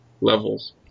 levels